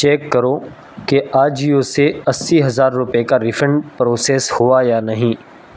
check کرو کہ آجیو سے اسی ہزار روپے کا ریفنڈ پروسیس ہوا یا نہیں